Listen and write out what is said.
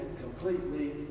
completely